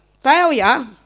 Failure